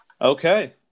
Okay